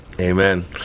Amen